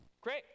Great